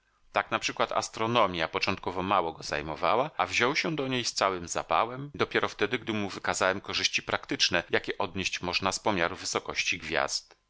tak naprzykład astronomja początkowo mało go zajmowała a wziął się do niej z całym zapałem dopiero wtedy gdy mu wykazałem korzyści praktyczne jakie odnieść można z pomiaru wysokości gwiazd